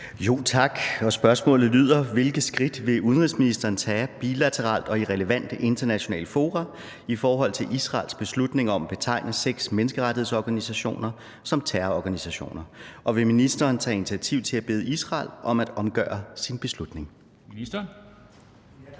Tak. Spørgsmålet lyder: Hvilke skridt vil udenrigsministeren tage bilateralt og i relevante internationale fora i forhold til Israels beslutning om at betegne seks menneskerettighedsorganisationer som terrororganisationer, og vil ministeren tage initiativ til at bede Israel om at omgøre sin beslutning?